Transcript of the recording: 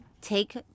take